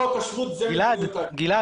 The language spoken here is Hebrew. חוק השבות זה- -- גלעד,